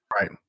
Right